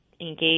engage